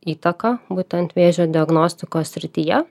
įtaką būtent vėžio diagnostikos srityje